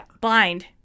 blind